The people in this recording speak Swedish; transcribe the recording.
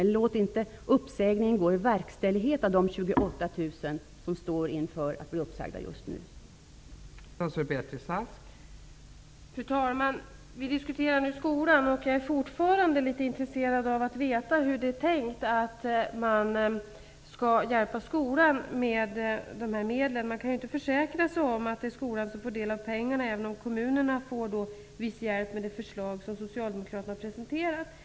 Låt inte uppsägningarna av de 28 000, som just nu står inför att mista sina jobb, gå i verkställighet.